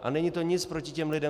A není to nic proti těm lidem.